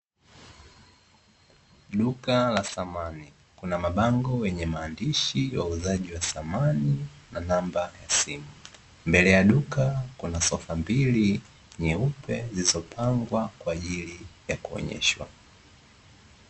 Duka la samani kuna mabango yenye maandishi wauzaji wa samani na namba za simu, mbele ya duka kuna sofa mbili nyeupe zilizopangwa kwa ajili y kuonyeshwa.